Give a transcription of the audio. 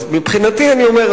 אז מבחינתי אני אומר,